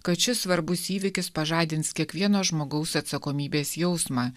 kad šis svarbus įvykis pažadins kiekvieno žmogaus atsakomybės jausmą